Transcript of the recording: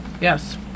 Yes